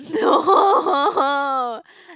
no